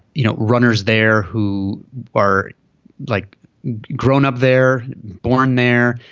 you know runners there who are like grown up they're born there.